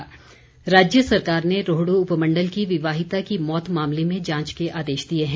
point of order राज्य सरकार ने रोहडू उपमंडल की विवाहिता की मौत मामले में जांच के आदेश दिए हैं